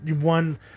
one